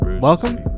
Welcome